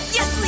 Yes